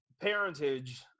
parentage